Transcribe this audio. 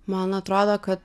man atrodo kad